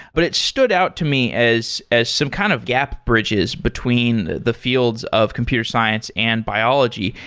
but it stood out to me as as some kind of gap bridges between the fields of computer science and biology.